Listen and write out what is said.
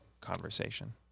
conversation